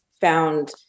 found